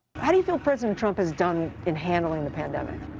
how do you feel president trump has done in handling the pandemic?